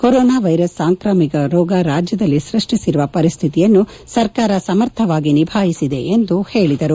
corona virus ಸಾಂಕ್ರಾಮಿಕ ರೋಗ ರಾಜ್ಯದಲ್ಲಿ ಸೃಷ್ಟಿಸಿರುವ ಪರಿಸ್ಥಿತಿಯನ್ನು ಸರ್ಕಾರ ಸಮರ್ಥವಾಗಿ ನಿರ್ಭಾಯಿಸಿದೆ ಎಂದು ಹೇಳಿದರು